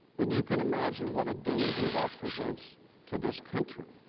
then you can imagine what a danger that presents to this country.